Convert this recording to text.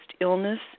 illness